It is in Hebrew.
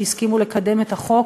שהסכימו לקדם את החוק,